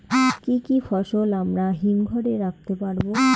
কি কি ফসল আমরা হিমঘর এ রাখতে পারব?